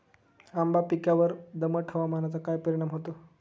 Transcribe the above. आंबा पिकावर दमट हवामानाचा काय परिणाम होतो?